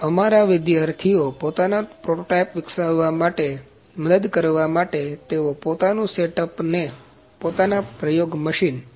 તો અમારા વિદ્યાર્થીઓને પોતાના પ્રોટોટાઇપ વિકસાવવા મદદ કરવા માટે તેઓનું પોતાનું સેટ અપઅને પોતાના પ્રયોગ મશીન